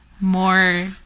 more